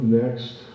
next